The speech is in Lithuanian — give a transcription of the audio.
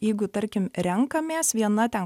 jeigu tarkim renkamės viena ten